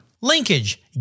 Linkage